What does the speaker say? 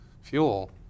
fuel